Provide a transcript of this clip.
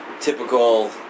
Typical